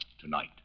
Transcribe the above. Tonight